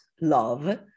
love